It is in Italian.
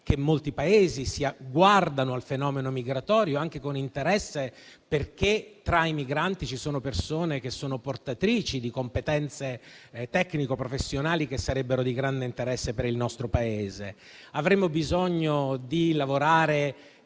che molti Paesi guardano al fenomeno migratorio anche con interesse perché tra i migranti ci sono persone che sono portatrici di competenze tecnico-professionali che sarebbero di grande interesse per il nostro Paese. Avremmo bisogno di lavorare